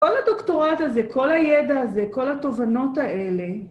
כל הדוקטורט הזה, כל הידע הזה, כל התובנות האלה